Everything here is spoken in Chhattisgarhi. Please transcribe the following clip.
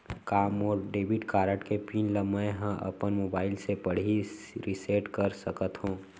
का मोर डेबिट कारड के पिन ल मैं ह अपन मोबाइल से पड़ही रिसेट कर सकत हो?